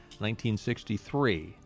1963